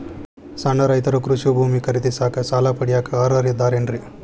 ಸಣ್ಣ ರೈತರು ಕೃಷಿ ಭೂಮಿ ಖರೇದಿಸಾಕ, ಸಾಲ ಪಡಿಯಾಕ ಅರ್ಹರಿದ್ದಾರೇನ್ರಿ?